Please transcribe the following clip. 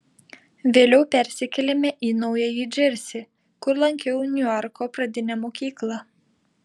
vėliau persikėlėme į naująjį džersį kur lankiau niuarko pradinę mokyklą